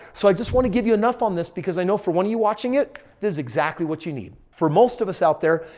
so, i just want to give you enough on this because i know for when are you watching it, is exactly what you need. for most of us out there,